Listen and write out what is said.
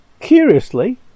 Curiously